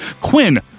Quinn